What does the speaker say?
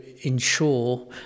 ensure